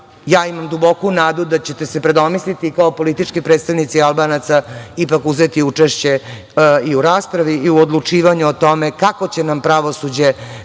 ja imam duboku nadu da ćete se predomisliti kao politički predstavnici Albanaca ipak uzeti učešće i u raspravi i u odlučivanju kako će nam pravosuđa